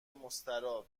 مستراح